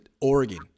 Oregon